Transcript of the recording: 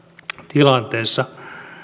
tilanteessa